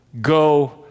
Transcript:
go